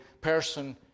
person